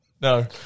No